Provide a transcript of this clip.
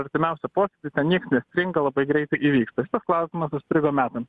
artimiausią posėdį ten nieks nestringa labai greitai įvyksta šitas klausimas užstrigo metams